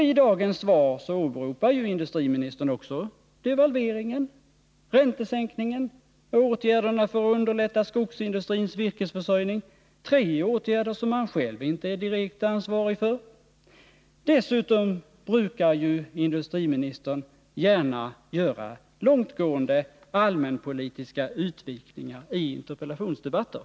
I dagens svar åberopar ju också industriministern devalveringen, räntesänkningen och åtgärderna för att underlätta skogsindustrins virkesförsörjning, alltså tre åtgärder som han själv inte är direkt ansvarig för. Dessutom brukar industriministern gärna göra långtgående allmänpolitiska utvikningar i interpellationsdebatter.